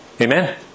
Amen